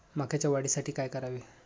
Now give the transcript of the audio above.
मकाच्या वाढीसाठी काय करावे?